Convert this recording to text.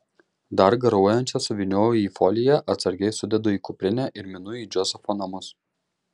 dar garuojančias suvynioju į foliją atsargiai sudedu į kuprinę ir minu į džozefo namus